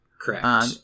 Correct